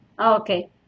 okay